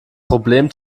problem